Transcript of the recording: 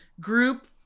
group